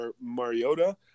Mariota